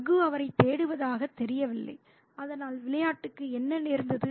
ரகு அவரைத் தேடுவதாகத் தெரியவில்லை அதனால் விளையாட்டுக்கு என்ன நேர்ந்தது